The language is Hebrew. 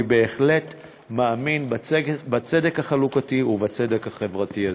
אני בהחלט מאמין בצדק החלוקתי ובצדק החברתי הזה.